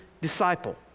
disciple